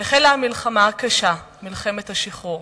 החלה המלחמה הקשה, מלחמת השחרור.